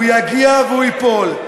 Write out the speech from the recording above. הוא יגיע והוא ייפול,